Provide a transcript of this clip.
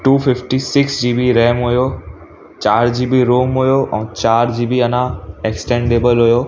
two fifty six G B RAM हुओ चारि G B ROM हुओ ऐं चारि जी बी अञा एक्सटेंडेब्ल हुओ